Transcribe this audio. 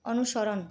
অনুসরণ